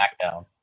SmackDown